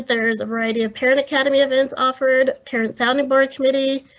there is a variety of parent academy events offered, parents sounding, board committee,